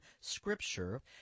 Scripture